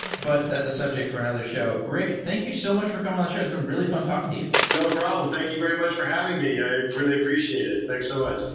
but that's a subject for another show. rick, thank you so much for coming on the show. it's been really fun talking to you. no problem. thank you very much for having me. i really appreciate it. thanks so much.